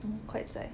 mm quite zai